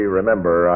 remember